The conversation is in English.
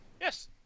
yes